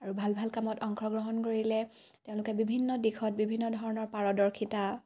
আৰু ভাল ভাল কামত অংশগ্ৰহণ কৰিলে তেওঁলোকে বিভিন্ন দিশত বিভিন্ন ধৰণৰ পাৰদৰ্শিতা